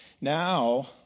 Now